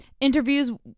interviews